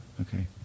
okay